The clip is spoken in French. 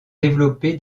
développé